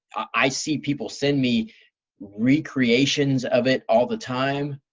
i see people send me recreations of it all the time.